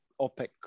OPEC